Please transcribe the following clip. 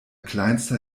kleinster